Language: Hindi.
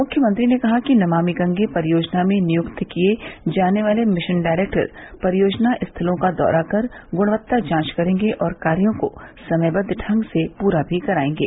मुख्यमंत्री ने कहा कि नमामि गंगे परियोजना में नियुक्त किए जाने वाले मिशन डायरेक्टर परियोजना स्थलों का दौरा कर गुणक्ता जांच करेंगे और कार्यों को समयबद्व ढंग से पूरा भी कराएंगे